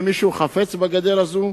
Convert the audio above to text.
וכי מישהו חפץ בגדר הזאת?